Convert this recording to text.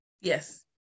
Yes